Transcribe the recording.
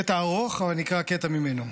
קטע ארוך, אז אקרא קטע ממנו,